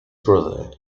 brother